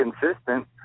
consistent